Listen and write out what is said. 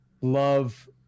love